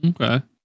Okay